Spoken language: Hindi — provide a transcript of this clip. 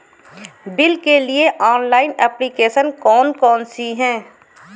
बिल के लिए ऑनलाइन एप्लीकेशन कौन कौन सी हैं?